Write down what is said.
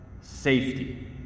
safety